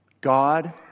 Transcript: God